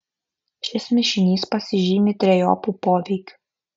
šis mišinys pasižymi trejopu poveikiu